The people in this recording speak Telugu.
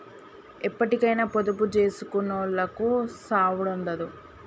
ఎప్పటికైనా పొదుపు జేసుకునోళ్లకు సావుండదు